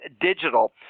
Digital